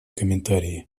комментарии